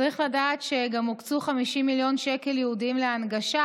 צריך לדעת שגם הוקצו 50 מיליון שקל ייעודיים להנגשה